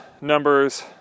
Numbers